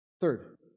Third